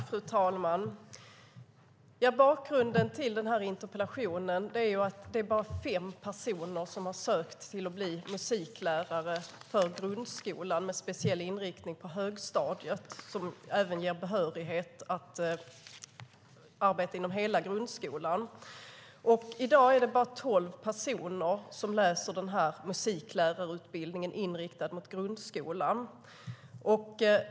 Fru talman! Bakgrunden till interpellationen är att det är bara fem personer som har sökt till musiklärarutbildning för grundskolan med speciell inriktning på högstadiet som även ger behörighet att arbeta inom hela grundskolan. I dag är det bara tolv personer som läser musiklärarutbildningen inriktad mot grundskolan.